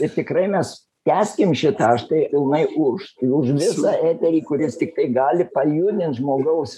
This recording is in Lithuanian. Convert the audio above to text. ir tikrai mes tęskim šitą aš tai pilnai už už visą eterį kuris tiktai gali pajudint žmogaus